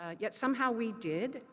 ah yet, somehow we did.